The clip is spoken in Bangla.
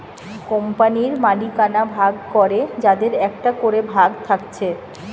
কোম্পানির মালিকানা ভাগ করে যাদের একটা করে ভাগ থাকছে